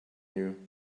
you